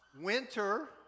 winter